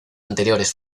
anteriores